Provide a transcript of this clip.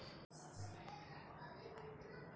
QR code कइसे बनवाल जाला?